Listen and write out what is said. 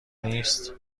نیست